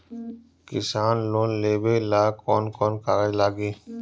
किसान लोन लेबे ला कौन कौन कागज लागि?